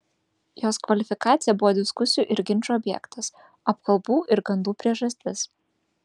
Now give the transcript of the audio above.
jos kvalifikacija buvo diskusijų ir ginčų objektas apkalbų ir gandų priežastis